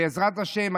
בעזרת השם,